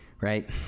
right